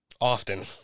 Often